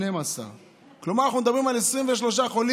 12. כלומר אנחנו מדברים על 23 חולים,